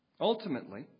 Ultimately